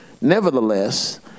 Nevertheless